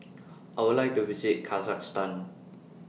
I Would like to visit Kazakhstan